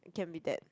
you can be that